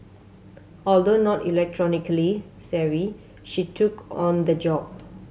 although not electronically savvy she took on the job